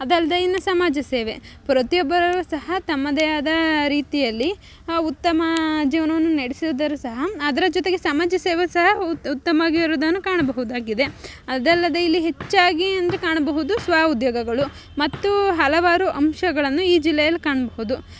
ಅದೂ ಅಲ್ಲದೆ ಇನ್ನು ಸಮಾಜ ಸೇವೆ ಪ್ರತಿಯೊಬ್ಬರೂ ಸಹ ತಮ್ಮದೇ ಆದ ರೀತಿಯಲ್ಲಿ ಉತ್ತಮ ಜೀವನವನ್ನು ನಡೆಸುವುದರ ಸಹ ಅದರ ಜೊತೆಗೆ ಸಮಾಜ ಸೇವೆ ಸಹ ಉತ್ತಮವಾಗಿರೋದನ್ನು ಕಾಣಬಹುದಾಗಿದೆ ಅದಲ್ಲದೆ ಇಲ್ಲಿ ಹೆಚ್ಚಾಗಿ ಅಂದರೆ ಕಾಣಬಹುದು ಸ್ವಉದ್ಯೋಗಗಳು ಮತ್ತು ಹಲವಾರು ಅಂಶಗಳನ್ನು ಈ ಜಿಲ್ಲೆಯಲ್ಲಿ ಕಾಣಬಹುದು